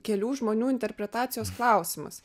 kelių žmonių interpretacijos klausimas